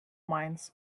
mines